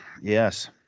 yes